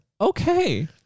okay